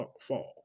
fall